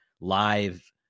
live